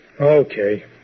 Okay